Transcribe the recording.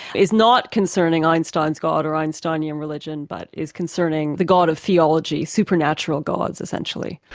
is not concerning einstein's god or einsteinian religion but is concerning the god of theology, supernatural gods essentially.